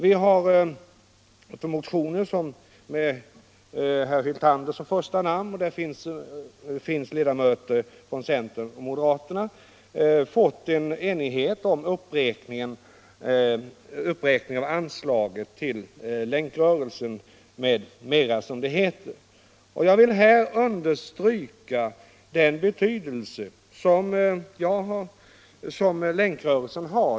Vi har i motioner - med herr Hyltanders namn överst, men där finns också namn på ledamöter från centern och moderata samlingspartiet — nått enighet om uppräkningen av anslaget Bidrag till Länkrörelsen m.m., som det heter. Jag vill understryka den betydelse som länkrörelsen har.